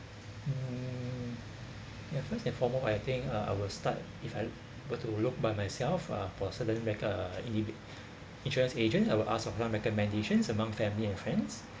mm ya first and foremost I think uh I will start if I were to look by myself uh for certain rec~ uh indiv~ insurance agent I will ask for some recommendations among family and friends